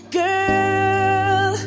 girl